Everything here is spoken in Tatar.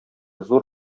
зур